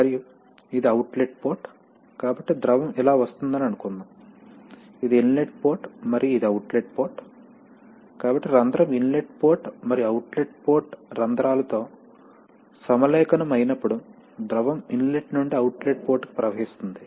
మరియు ఇది outlet port కాబట్టి ద్రవం ఇలా వస్తోందని అనుకుందాం ఇది ఇన్లెట్ పోర్ట్ మరియు ఇది అవుట్లెట్ పోర్ట్ కాబట్టి రంధ్రం ఇన్లెట్ పోర్ట్ మరియు అవుట్లెట్ పోర్ట్ రంధ్రాలతో సమలేఖనం అయినప్పుడు ద్రవం ఇన్లెట్ నుండి అవుట్లెట్ పోర్ట్ కి ప్రవహిస్తుంది